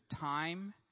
time